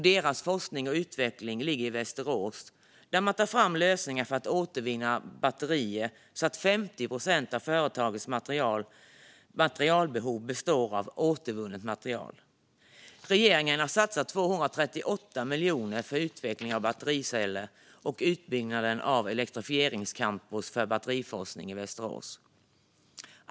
Deras forskning och utveckling sker i Västerås, där man tar fram lösningar för att återvinna batterier så att 50 procent av företagets materialbehov täcks av återvunnet material. Regeringen har satsat 238 miljoner på utveckling av battericeller och utbyggnad av ett elektrifieringscampus för batteriforskning i Västerås.